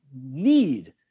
need